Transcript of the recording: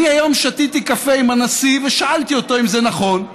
אני היום שתיתי קפה עם הנשיא ושאלתי אותו אם זה נכון,